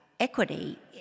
equity